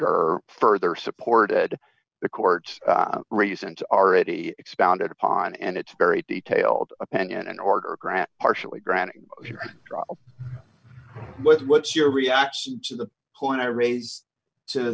or further supported the court's reasons are already expounded upon and it's a very detailed opinion in order grant partially granted was what's your reaction to the point i raised to